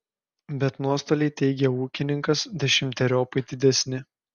bet nuostoliai teigia ūkininkas dešimteriopai didesni